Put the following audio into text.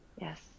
Yes